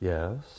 Yes